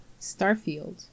Starfield